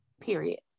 period